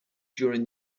during